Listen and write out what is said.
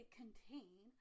contain